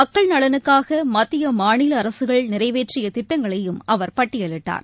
மக்கள் நலனுக்காகமத்தியமாநிலஅரசுகள் நிறைவேற்றியத் திட்டங்களையும் அவர் பட்டியலிட்டார்